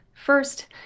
first